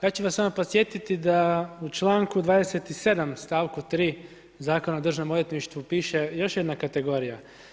Ja ću vas samo podsjetiti da u članku 27. stavku 3. Zakona o državnom odvjetništvu piše još jedna kategorija.